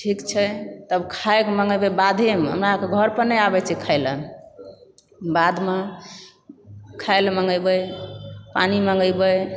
ठीक छै तब खायक मँगेबै बाधेमऽ हमरा अरके घर पर नहि आबय छै खायलऽ बाधमे खायलऽ मँगेबै पानि मंगेबय